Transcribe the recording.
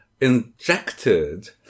injected